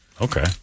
Okay